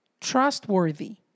trustworthy